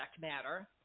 matter